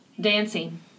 Dancing